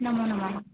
नमो नमः